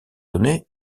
donné